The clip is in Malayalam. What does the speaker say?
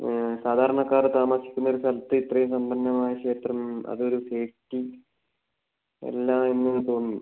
സാധാരണക്കാർ താമസിക്കുന്ന ഒരു സ്ഥലത്ത് ഇത്രയും സമ്പന്നമായ ക്ഷേത്രം അത് ഒരു സേഫ്റ്റി അല്ല എന്ന് തോന്നി